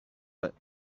that